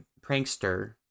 prankster